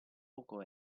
poco